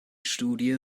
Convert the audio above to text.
studie